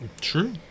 True